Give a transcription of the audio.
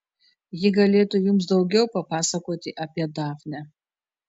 ji galėtų jums daugiau papasakoti apie dafnę